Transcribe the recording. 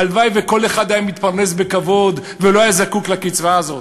הלוואי שכל אחד היה מתפרנס בכבוד ולא היה זקוק לקצבה הזאת,